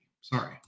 sorry